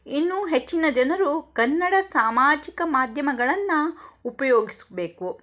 ಇನ್ನೂ ಹೆಚ್ಚಿನ ಜನರು ಕನ್ನಡ ಸಾಮಾಜಿಕ ಮಾಧ್ಯಮಗಳನ್ನು ಉಪಯೋಗಿಸ್ಬೇಕು